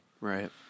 Right